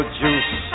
juice